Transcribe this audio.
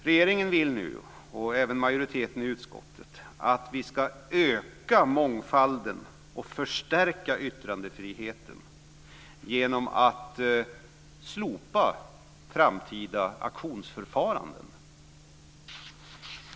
Regeringen, och även majoriteten i utskottet, vill nu att vi ska öka mångfalden och förstärka yttrandefriheten genom att slopa framtida auktionsförfaranden.